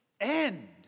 end